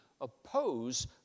oppose